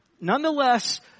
nonetheless